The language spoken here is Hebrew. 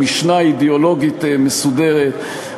עם משנה אידיאולוגית מסודרת.